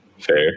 Fair